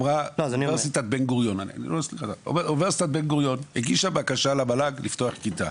אמרה אוניברסיטת בן-גוריון הגישה בקשה למל"ג לפתוח כיתה.